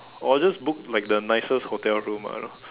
or just book like the nicest hotel room ah you know